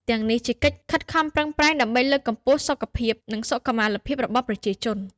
ទាំងនេះជាកិច្ចខិតខំប្រឹងប្រែងដើម្បីលើកកម្ពស់សុខភាព និងសុខុមាលភាពរបស់ ប្រជាជន។